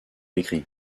écrit